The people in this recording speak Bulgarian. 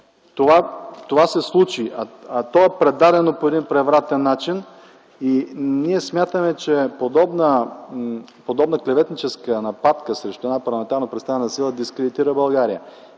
Това се случи, а то е предадено по един превратен начин. Ние смятаме, че подобна клеветническа нападка срещу една парламентарно представена сила дискредитира България.